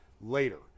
later